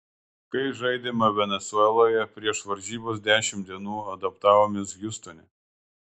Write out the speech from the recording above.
kai žaidėme venesueloje prieš varžybas dešimt dienų adaptavomės hjustone